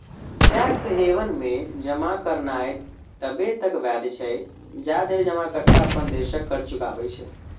tax haven मे जमा करनाय तबे तक वैध छै, जाधरि जमाकर्ता अपन देशक कर चुकबै छै